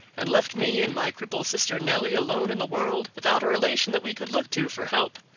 and left me and my cripple sister nelly alone in the world, without a relation that we could look to for help.